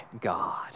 God